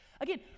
Again